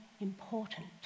important